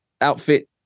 outfit